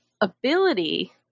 ability